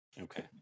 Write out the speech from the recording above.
Okay